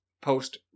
post